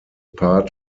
part